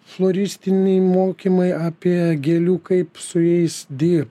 floristiniai mokymai apie gėlių kaip su jais dirbt